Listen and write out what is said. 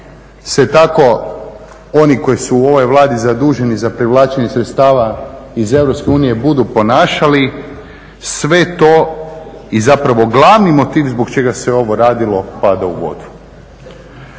se tako oni koji su u ovoj Vladi zaduženi za privlačenje sredstava iz Europske unije budu ponašali, sve to i zapravo glavni motiv zbog čega se ovo radilo pada u vodu.